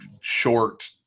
short